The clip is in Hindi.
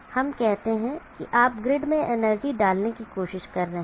हम कहते हैं कि आप ग्रिड में एनर्जी डालने की कोशिश कर रहे हैं